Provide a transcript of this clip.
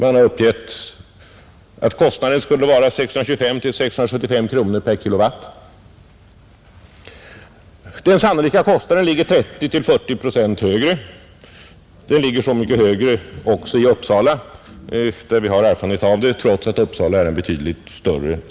Han har uppgett att kostnaden skulle vara 625—675 kronor per kW. Den sannolika kostnaden ligger 30—40 procent högre. Den ligger så mycket högre också vid stationen i Uppsala, trots att den är mycket större.